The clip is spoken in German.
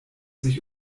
sich